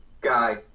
guy